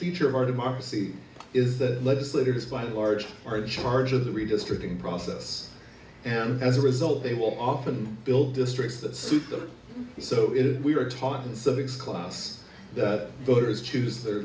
feature of our democracy is that legislators by and large are charge of the redistricting process and as a result they will often build districts that suit them so we were taught in civics class that voters choose their